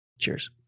cheers